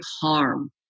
harm